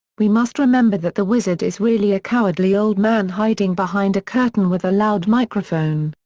we must remember that the wizard is really a cowardly old man hiding behind a curtain with a loud microphone.